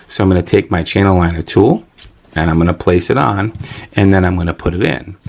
so i'm gonna take my channel liner tool and i'm gonna place it on and then i'm gonna put it in.